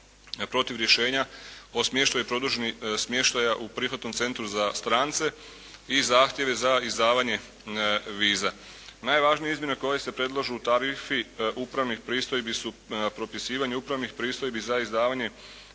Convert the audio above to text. protiv rješenja o smještaju produženih smještaja u prihvatnom centru za strance i zahtjeve za izdavanje viza. Najvažnije izmjene koje se predlažu u tarifi upravnih pristojbi su propisivanje upravnih pristojbi za izdavanje